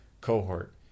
cohort